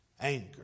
anger